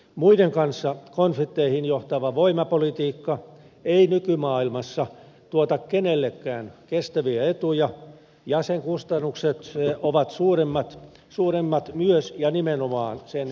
muiden kanssa konflikteihin johtava voimapolitiikka ei nykymaailmassa tuota kenellekään kestäviä etuja ja sen kustannukset ovat suuremmat myös ja nimenomaan sen käyttäjille